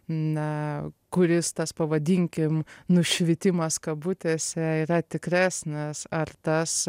na kuris tas pavadinkim nušvitimas kabutėse yra tikresnis ar tas